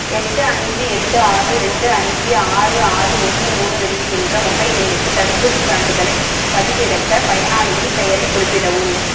எட்டு அஞ்சு எட்டு ஆறு ரெண்டு அஞ்சு ஆறு ஆறு ஒன்று மூணு ரெண்டு என்ற மொபைல் எண்ணுக்கு தடுப்பூசிச் சான்றிதழைப் பதிவிறக்க பயனாளியின் பெயரைக் குறிப்பிடவும்